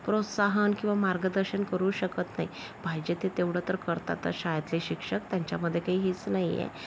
प्रोत्साहन किंवा मार्गदर्शन करू शकत नाही पाहिजे ते तेवढं तर करतातच शाळेतले शिक्षक त्यांच्यामध्ये काही हीच नाही आहे